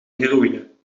heroïne